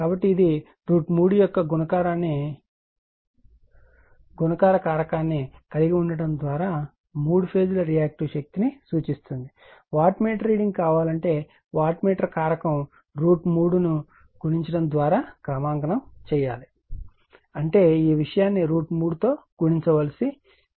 కాబట్టి ఇది 3 యొక్క గుణకార కారకాన్ని కలిగి ఉండటం ద్వారా 3 ఫేజ్ రియాక్టివ్ శక్తిని సూచిస్తుంది వాట్ మీటర్ రీడింగ్ కావాలంటే వాట్ మీటర్ కారకం √ 3 ను గుణించడం ద్వారా క్రమాంకనం చేయాలి అంటే ఈ విషయాన్ని √ 3 తో గుణించవలసి ఉంటుందని తెలుసు